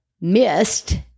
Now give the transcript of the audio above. missed